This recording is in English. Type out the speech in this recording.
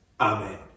Amen